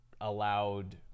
allowed